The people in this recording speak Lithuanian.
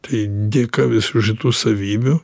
tai dėka visų šitų savybių